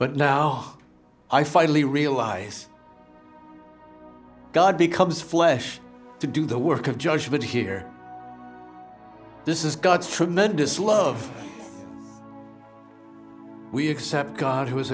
but now i finally realize god becomes flesh to do the work of judgment here this is god's tremendous love we accept god who